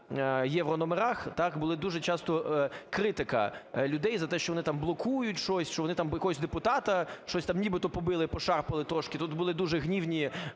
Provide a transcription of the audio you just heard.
єврономерах, так, була дуже часто критика людей за те, що вони там блокують щось, що вони там якогось депутата щось там нібито побили, пошарпали трошки, тут були дуже гнівні